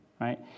right